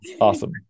Awesome